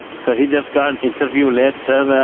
so he just got an interview letter,